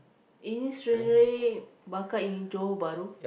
any stingray bakar in Johor-Bahru